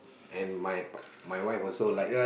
and my pa~ my wife also like